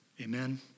Amen